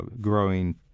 growing